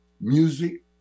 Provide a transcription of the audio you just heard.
music